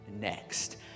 next